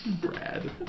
Brad